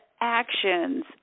actions